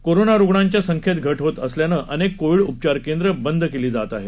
कोरोनारुग्णांच्या संख्येत घट होत असल्यानं अनेक कोविड उपचार केंद्रं बंद केली जात आहेत